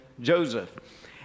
Joseph